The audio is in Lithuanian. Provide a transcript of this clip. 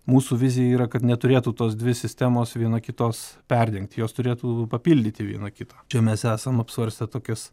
mūsų vizija yra kad neturėtų tos dvi sistemos viena kitos perdengti jos turėtų papildyti viena kitą čia mes esam apsvarstę tokias